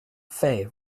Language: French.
fais